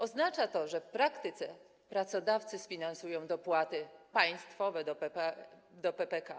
Oznacza to, że w praktyce pracodawcy sfinansują dopłaty państwowe do PPK.